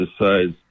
decides